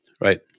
Right